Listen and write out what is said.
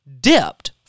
dipped